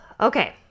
Okay